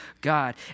God